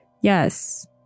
Yes